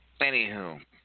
Anywho